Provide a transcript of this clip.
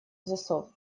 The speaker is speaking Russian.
засов